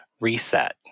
reset